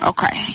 Okay